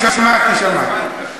שמעתי, שמעתי, שמעתי.